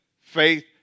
Faith